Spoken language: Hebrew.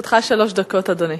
לרשותך שלוש דקות, אדוני.